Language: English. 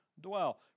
dwell